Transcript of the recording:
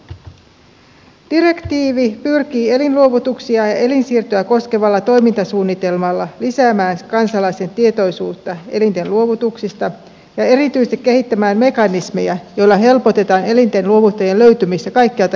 direktiivi pyrkii elinluovutuksia ja elinsiirtoja koskevalla toimintasuunnitelmalla lisäämään kansalaisten tietoisuutta elinten luovutuksista ja erityisesti kehittämään mekanismeja joilla helpotetaan elinten luovuttajien löytymistä kaikkialta euroopasta